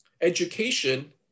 Education